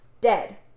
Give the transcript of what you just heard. Dead